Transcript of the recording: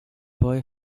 boy